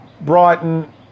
Brighton